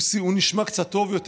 והוא נשמע קצת טוב יותר.